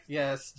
yes